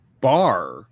bar